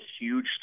huge